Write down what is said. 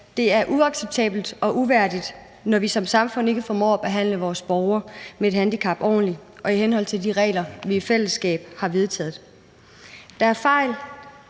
Det er uacceptabelt og uværdigt, når vi som samfund ikke formår at behandle vores borgere med et handicap ordentligt og i henhold til de regler, vi i fællesskab har vedtaget. Der sker fejl,